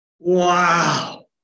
Wow